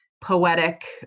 poetic